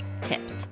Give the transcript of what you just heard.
Tipped